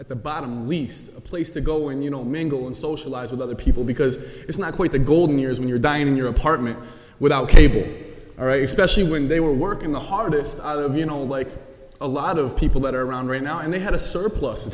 at the bottom least a place to go and you know mingle and socialize with other people because it's not quite the golden years when you're dying in your apartment without cable all right especially when they were working the hardest you know like a lot of people that are around right now and they have a surplus